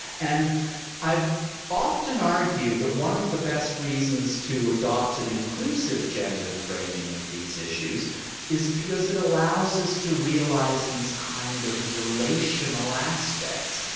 and i've often argued that one of the best reasons to adopt and inclusive gender framing of these issues is because it allows us to realize these kind of relational aspects.